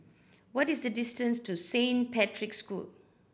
what is the distance to Saint Patrick's School